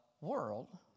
world